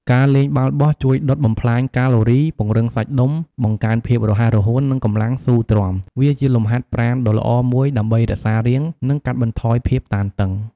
ការលេងបាល់បោះជួយដុតបំផ្លាញកាឡូរី ពង្រឹងសាច់ដុំ បង្កើនភាពរហ័សរហួន និងកម្លាំងស៊ូទ្រាំ វាជាលំហាត់ប្រាណដ៏ល្អមួយដើម្បីរក្សារាង និងកាត់បន្ថយភាពតានតឹង។